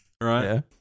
right